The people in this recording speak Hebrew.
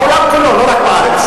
בעולם כולו ולא רק בארץ.